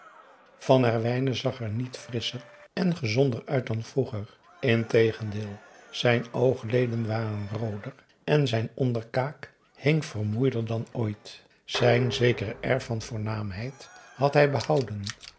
van herwijnen zag er niet frisscher en gezonder uit dan vroeger integendeel zijn oogleden waren rooder en zijn onderkaak hing vermoeider dan ooit zijn zeker air van voornaamheid had hij behouden